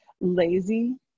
lazy